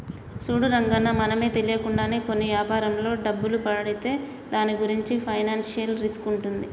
చూడు రంగన్న మనమే తెలియకుండా కొన్ని వ్యాపారంలో డబ్బులు పెడితే దాని గురించి ఫైనాన్షియల్ రిస్క్ ఉంటుంది